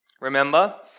Remember